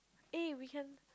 eh we can